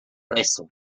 preso